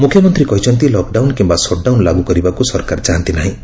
ମୁଖ୍ୟମନ୍ତୀ କହିଛନ୍ତି ଲକ୍ଡାଉନ୍ କିମ୍ଘା ସଟ୍ଡାଉନ୍ ଲାଗୁ କରିବାକୁ ସରକାର ଚାହାନ୍ତି ନାହିଁ